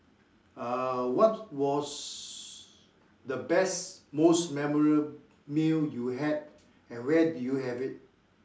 uh what was the best most memorable meal you had and where did you have it